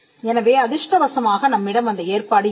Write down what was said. எனவே அதிர்ஷ்டவசமாக நம்மிடம் அந்த ஏற்பாடு இல்லை